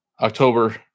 october